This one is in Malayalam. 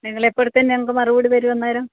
നിങ്ങളിപ്പോഴത്തേ ഞങ്ങൾക്ക് മറുപടി തരും അന്നേരം